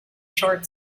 short